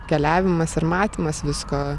keliavimas ir matymas visko